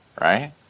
right